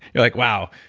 you're like, wow,